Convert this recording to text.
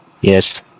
Yes